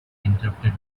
interrupted